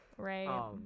Right